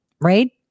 right